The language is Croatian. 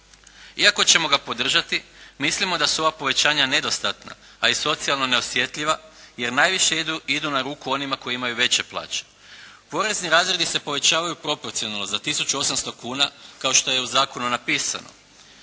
Iako ćemo ga podržati, mislimo da su ova povećanja nedostatna a i socijalno neosjetljiva jer najviše idu na ruku onima koji imaju veće plaće. porezni razredi se povećavaju proporcionalno za tisuću 800 kuna, kao što je u zakonu napisano.